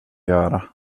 göra